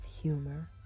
humor